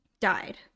died